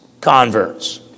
converts